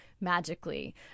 magically